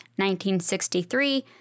1963